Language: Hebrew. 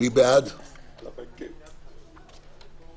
"בתוך 48 שעות מהמועד שהוגשו לה".